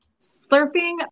Slurping